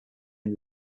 end